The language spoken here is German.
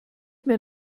mir